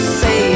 say